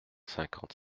cinquante